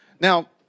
Now